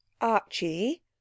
Archie